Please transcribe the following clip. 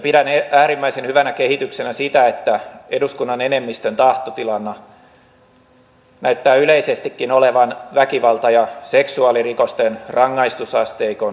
pidän äärimmäisen hyvänä kehityksenä sitä että eduskunnan enemmistön tahtotilana näyttää yleisestikin olevan väkivalta ja seksuaalirikosten rangaistusasteikon tiukentaminen